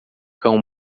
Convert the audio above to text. cão